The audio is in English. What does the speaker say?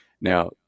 Now